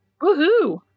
Woohoo